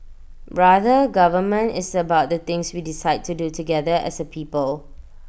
rather government is about the things we decide to do together as A people